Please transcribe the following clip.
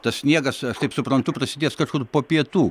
tas sniegas aš taip suprantu prasidės kažkur po pietų